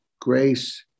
Grace